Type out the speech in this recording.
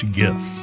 gift